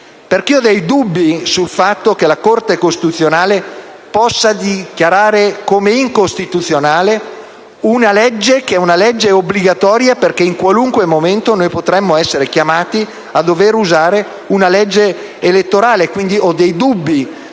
qualche dubbio sul fatto che la Corte costituzionale possa dichiarare incostituzionale una legge che è obbligatoria, perché in qualunque momento potremmo essere chiamati a dovere usare una legge elettorale;